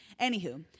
Anywho